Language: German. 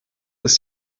ist